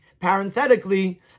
parenthetically